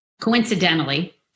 Coincidentally